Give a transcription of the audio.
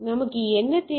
நமக்கு என்ன தேவை